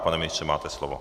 Pane ministře, máte slovo.